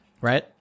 Right